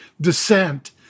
descent